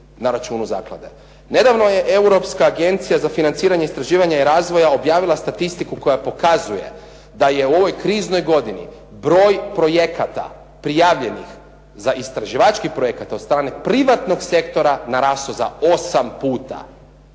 na računu zaklade. Nedavno je europska Agencija za financiranje i istraživanje razvoja objavila statistiku koja pokazuje da je u ovoj kriznoj godini broj projekata prijavljenih za istraživačkih projekata od strane privatnog sektora narastao za 8 puta.